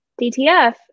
DTF